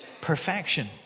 perfection